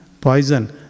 Poison